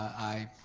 i